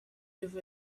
with